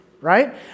right